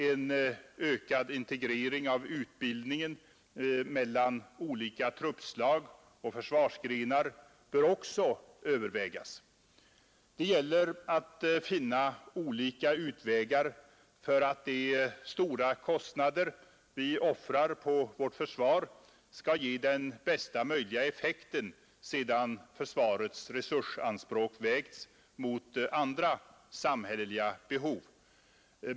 En ökad integrering av utbildningen mellan olika truppslag och försvarsgrenar bör också övervägas. Det gäller att finna olika utvägar för att de stora kostnader vi offrar på vårt försvar skall ge den bästa möjliga effekten, sedan försvarets resursanspråk vägts mot andra samhälleliga behov.